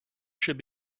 should